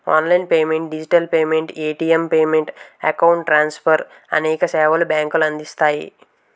online payments digital payments, ATM payments, account transfer అనేక సేవలు బ్యాంకులు అందిస్తాయి